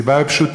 הסיבה היא פשוטה: